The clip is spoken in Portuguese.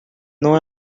não